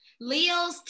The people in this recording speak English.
leos